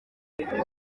ivanga